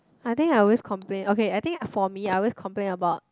I think I always complain okay I think for me I always complain about